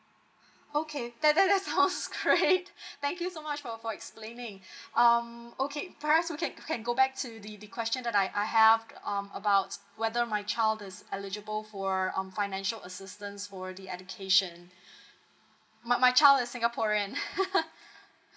okay that that sounds great thank you so much for for explaining um okay perhaps we can we can go back to the question that I have um about whether my child is eligible for um financial assistance for the education my my child is singaporean